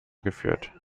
geführt